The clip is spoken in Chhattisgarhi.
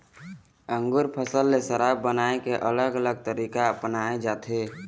अंगुर फसल ले शराब बनाए के अलग अलग तरीका अपनाए जाथे